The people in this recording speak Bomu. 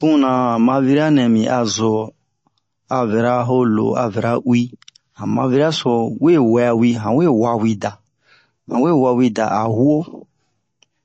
Puna han maviri'a nɛ mi a zo a vɛra lo a vɛra uwi han maviri'a so we wɛwi han we wawi da han we wawi da a huwo